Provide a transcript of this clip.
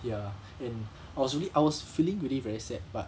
ya and I was really I was feeling really very sad but